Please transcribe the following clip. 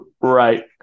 Right